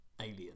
Alien